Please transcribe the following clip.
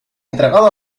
entregado